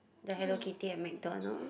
the Hello Kitty at MacDonald